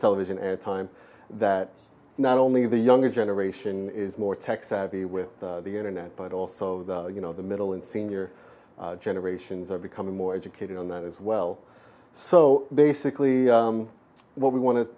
television time that not only the younger generation is more tech savvy with the internet but also you know the middle and senior generations are becoming more educated on that as well so basically what we want